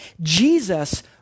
Jesus